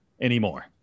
anymore